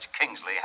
Kingsley